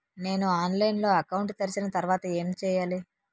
నేను ఆన్లైన్ లో అకౌంట్ తెరిచిన తర్వాత ఏం చేయాలి?